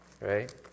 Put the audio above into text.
right